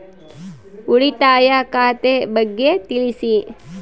ಉಳಿತಾಯ ಖಾತೆ ಬಗ್ಗೆ ತಿಳಿಸಿ?